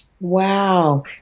Wow